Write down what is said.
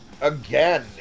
again